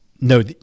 no